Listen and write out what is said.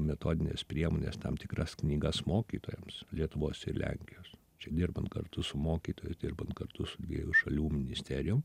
metodines priemones tam tikras knygas mokytojams lietuvos ir lenkijos čia dirbant kartu su mokytojais dirbant kartu su dviejų šalių ministerijom